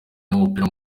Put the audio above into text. n’umupira